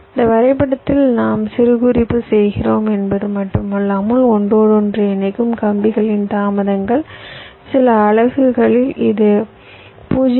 இந்த வரைபடத்தில் நாம் சிறுகுறிப்பு செய்கிறோம் என்பது மட்டுமல்லாமல் ஒன்றோடொன்று இணைக்கும் கம்பிகளின் தாமதங்கள் சில அலகுகளில் இது 0